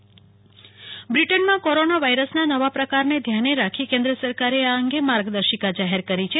Covid SOP બ્રિટનમાં corona વાયરસના નવા પ્રકારને ધ્યાને રાખી કેન્દ્ર સરકારે આ અંગે માર્ગદર્શિકા જાહેર કરી છે